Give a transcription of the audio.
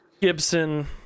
gibson